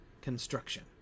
construction